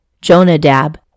Jonadab